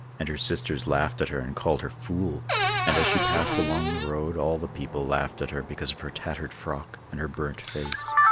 and her sisters laughed at her and called her fool and as she passed along the road all the people laughed at her because of her tattered frock and her burnt face,